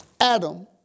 Adam